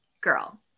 girl